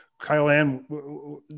Kyle-Ann